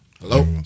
Hello